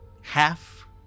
half